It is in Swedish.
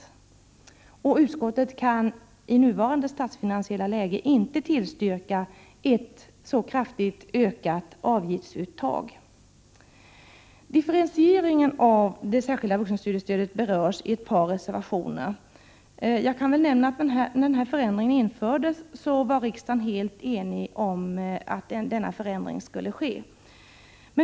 69 Utskottet kan i nuvarande statsfinansiella läge inte tillstyrka ett så kraftigt ökat avgiftsuttag. Differentieringen av det särskilda vuxenstudiestödet berörs i ett par reservationer. När denna förändring infördes var riksdagen helt enig om att den skulle ske.